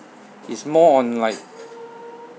is more on like